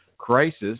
crisis